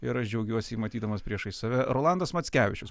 ir aš džiaugiuosi jį matydamas priešais save rolandas mackevičius